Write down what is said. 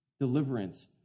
deliverance